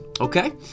Okay